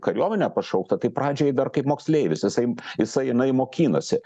kariuomenę pašaukta tai pradžioje dar kaip moksleivis jisai jisai jinai mokinasi